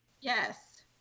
Yes